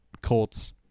Colts